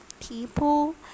people